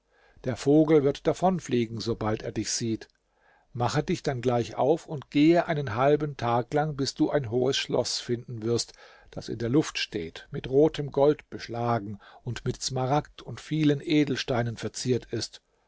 der vogel wird davon fliegen sobald er dich sieht mache dich dann gleich auf und gehe einen halben tag lang bis du ein hohes schloß finden wirst das in der luft steht mit rotem gold beschlagen und mit smaragd und vielen edelsteinen verziert ist